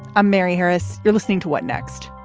i'm mary harris. you're listening to what next.